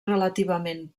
relativament